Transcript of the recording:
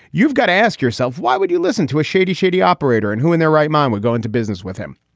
you've got to ask yourself, why would you listen to a shady, shady operator and who in their right mind would go into business with him?